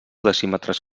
decímetres